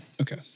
Okay